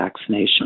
vaccination